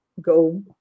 go